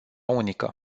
unică